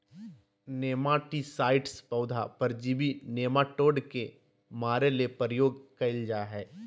nematicides पौधा परजीवी nematode के मारे ले प्रयोग कयल जा हइ